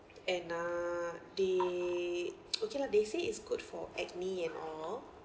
and uh they okay lah they say it's good for acne and all